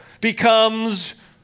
becomes